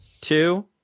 two